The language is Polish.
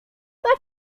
tak